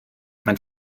mein